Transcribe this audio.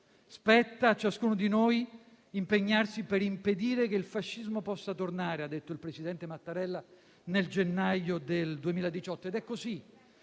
Spetta a ciascuno di noi impegnarsi per impedire che il fascismo possa tornare: ha detto il presidente Mattarella nel gennaio 2018.